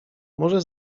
może